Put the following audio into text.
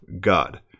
God